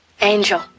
angel